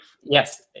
Yes